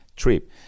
Trip